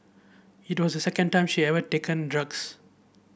it was the second time she ever taken drugs